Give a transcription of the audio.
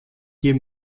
hier